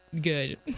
Good